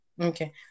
Okay